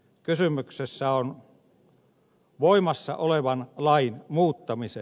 kysymyksessä on voimassa olevan lain muuttaminen